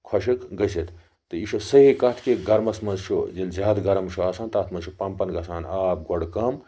خۄشک گٔژھِتھ تہٕ یہِ چھِ سہی کتھ کہِ گَرمَس مَنٛزچھُ ییٚلہِ زیادٕ گرم چھُ آسان تَتھ مَنٛز چھُ پَمپَن گَژھان آب گۄڈٕ کم